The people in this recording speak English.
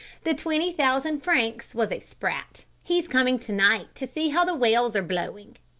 the twenty thousand francs was a sprat he's coming to-night to see how the whales are blowing!